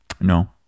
No